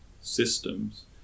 systems